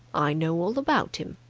i know all about him.